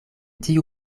tiu